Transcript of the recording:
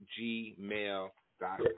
gmail.com